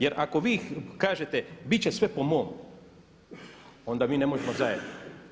Jer ako vi kažete bit će sve po mom onda mi ne možemo zajedno.